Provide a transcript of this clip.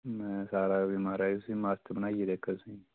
मैं सारा महाराज उसी मस्त बनाइयै देगा तुसें'गी